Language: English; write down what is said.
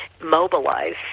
Mobilize